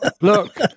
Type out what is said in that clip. Look